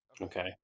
Okay